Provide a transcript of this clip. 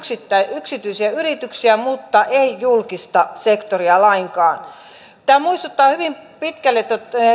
yksityisiä yrityksiä mutta ei julkista sektoria lainkaan tämä muistuttaa hyvin pitkälle